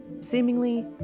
Seemingly